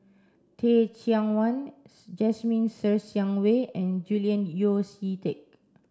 Teh Cheang Wan Jasmine Ser Xiang Wei and Julian Yeo See Teck